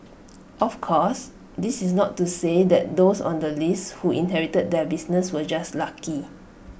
of course this is not to say that those on the list who inherited their businesses were just lucky